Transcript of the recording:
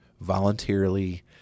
voluntarily